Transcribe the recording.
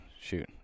shoot